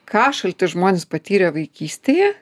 ką šalti žmonės patyrę vaikystėje